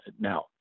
now